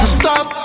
stop